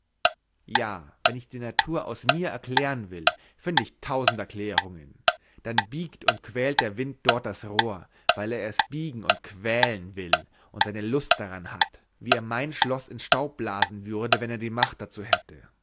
ja wenn ich die natur aus mir erklären will finde ich tausend erklärungen dann biegt und quält der wind dort das rohr weil er es biegen und quälen will und seine lust daran hat wie er mein schloß in staub blasen würde wenn er die macht dazu hätte